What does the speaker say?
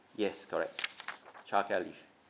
yes correct childcare leave